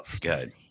Good